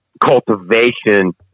cultivation